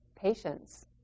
patience